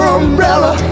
umbrella